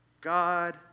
God